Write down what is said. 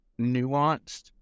nuanced